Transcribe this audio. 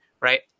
Right